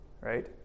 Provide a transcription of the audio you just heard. Right